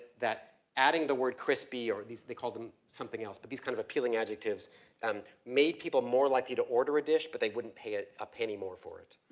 that adding the word crispy or these, they call them something else, but these kind of appealing adjectives and made people more likely to order a dish, but they wouldn't pay a penny more for it.